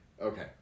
Okay